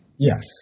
Yes